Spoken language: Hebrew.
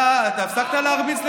אתה הפסקת להרביץ לשוטרים?